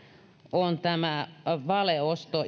on tämä valeosto